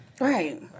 Right